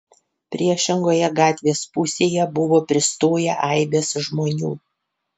priešingoje gatvės pusėje buvo pristoję aibės žmonių